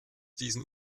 diesen